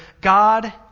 God